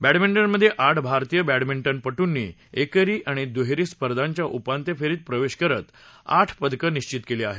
बॅडमिंटनमध्ये आठ भारतीय बॅडमिंटन पटूंनी एकेरी आणि दुहेरी स्पर्धांच्या उपांत्य फेरीत प्रवेश करत आठ पदकं निश्वित केली आहेत